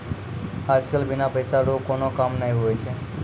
आज कल बिना पैसा रो कोनो काम नै हुवै छै